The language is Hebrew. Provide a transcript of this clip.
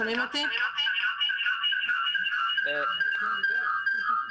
אני חייבת להגיד שאני שומעת את מה שאמר משרד החינוך.